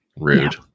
Rude